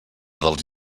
dels